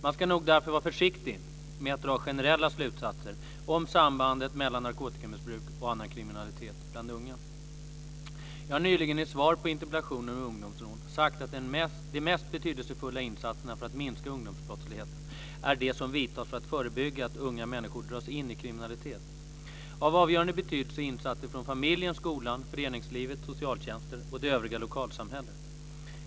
Man ska nog därför vara försiktig med att dra generella slutsatser om sambandet mellan narkotikamissbruk och annan kriminalitet bland unga. Jag har nyligen i svar på interpellation om ungdomsrån sagt att de mest betydelsefulla insatserna för att minska ungdomsbrottsligheten är de som vidtas för att förebygga att unga människor dras in i kriminalitet. Av avgörande betydelse är insatser från familjen, skolan, föreningslivet, socialtjänsten och det övriga lokalsamhället.